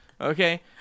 Okay